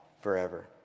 forever